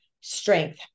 strength